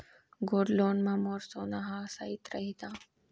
Gold loan मे मोर सोना हा सइत रही न?